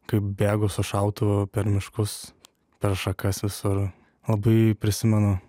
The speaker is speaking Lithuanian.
kaip bėgu su šautuvu per miškus per šakas visur labai prisimenu